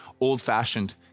old-fashioned